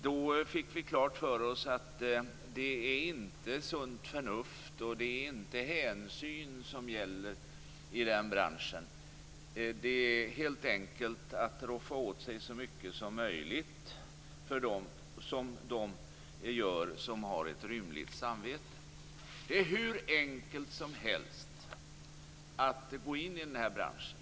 Vi fick då klart för oss att det inte är sunt förnuft och hänsyn som gäller i den branschen. Det gäller helt enkelt att roffa åt sig så mycket som möjligt, vilket de som har ett rymligt samvete gör. Det är hur enkelt som helst att gå in i den här branschen.